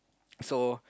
so